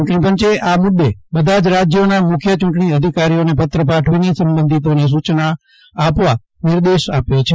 ચૂંટણી પંચે આ મુદ્દે બધા જ રાજ્યોના મુખ્ય ચૂંટણી અધિકારીઓને પત્ર પાઠવીને સંબંધીતોને સૂચના આપવા નિર્દેશ આપ્યો છે